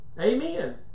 Amen